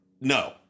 no